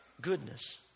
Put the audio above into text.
goodness